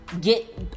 get